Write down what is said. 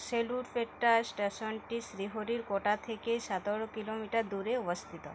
সেলুরপেটা স্টেশানটি শ্রীহরির কোটা থেকে সাতেরো কিলোমিটার দূরে অবস্তিত